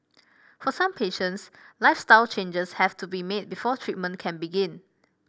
for some patients lifestyle changes have to be made before treatment can begin